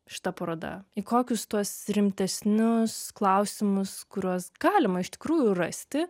šita paroda į kokius tuos rimtesnius klausimus kuriuos galima iš tikrųjų rasti